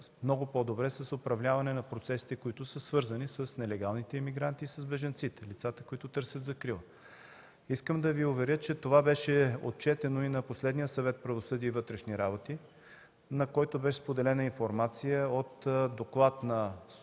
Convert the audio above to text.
много по-добре с управляване на процесите, които са свързани с нелегалните имигранти и с бежанците – лицата, които търсят закрила. Искам да Ви уверя, че това беше отчетено и на последния Съвет „Правосъдие и вътрешни работи”, на който беше споделена информация от доклад на